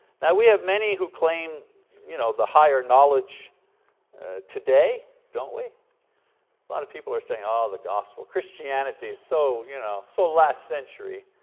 yeah we have many who claim you know the higher knowledge today, don't we? a lot of people are saying, oh, the gospel, christianity, so you know so last century,